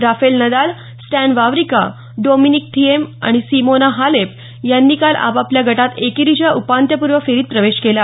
Rafale Nadal Stan Wawrinka Dominic Thiem आणि Simona Halep यांनी काल आपापल्या गटात एकेरीच्या उपांत्यपूर्व फेरीत प्रवेश केला